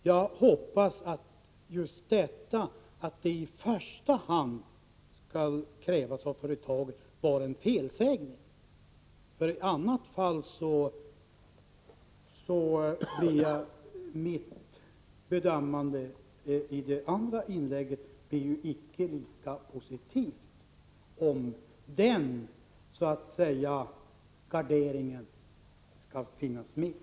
Jag hoppas att just dessa ord — att ansvar ”i första hand” skall krävas av företaget — var en felsägning. I annat fall, om den garderingen skall finnas med, blir mitt omdöme i det andra inlägget inte lika positivt.